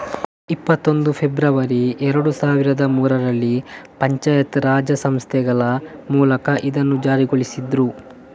ಇಪ್ಪತ್ತೊಂದು ಫೆಬ್ರವರಿ ಎರಡು ಸಾವಿರದ ಮೂರರಲ್ಲಿ ಪಂಚಾಯತ್ ರಾಜ್ ಸಂಸ್ಥೆಗಳ ಮೂಲಕ ಇದನ್ನ ಜಾರಿಗೊಳಿಸಿದ್ರು